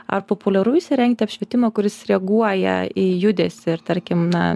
ar populiaru įsirengti apšvietimą kuris reaguoja į judesį ir tarkim na